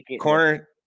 corner